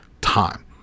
time